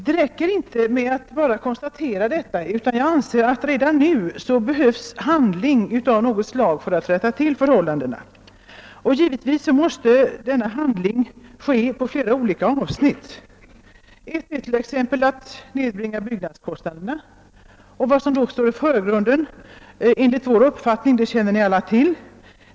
Det räcker inte att bara konstatera detta, utan det krävs handling om man skall kunna komma till rätta med missförhållandena. Åtgärder måste vidtas på flera olika avsnitt. Man måste t.ex. försöka nedbringa byggnadskostnaderna. Vad som emellertid enligt vår uppfattning står i förgrunden känner ni alla till.